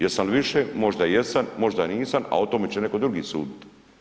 Jesam li više, možda jesam, možda nisam, a o tome će netko drugi suditi.